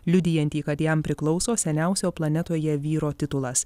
liudijantį kad jam priklauso seniausio planetoje vyro titulas